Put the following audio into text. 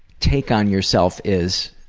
take on yourself is.